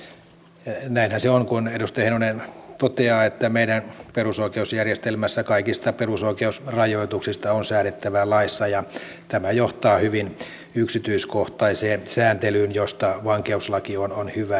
näinhän se on kuin edustaja heinonen toteaa että meidän perusoikeusjärjestelmässä kaikista perusoikeusrajoituksista on säädettävä laissa ja tämä johtaa hyvin yksityiskohtaiseen sääntelyyn josta vankeuslaki on hyvä esimerkki